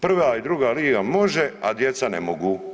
Prva i druga liga može, a djeca ne mogu.